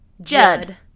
Judd